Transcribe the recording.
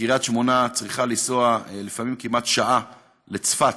בקריית שמונה צריכה לנסוע לפעמים כמעט שעה לצפת.